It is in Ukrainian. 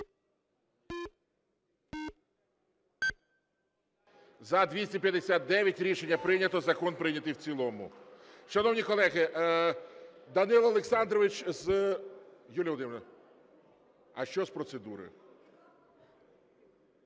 За-259 Рішення прийнято. Закон прийнятий в цілому. Шановні колеги, Данило Олександрович… Юлія Володимирівна, а що з процедури?